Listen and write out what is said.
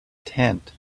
tent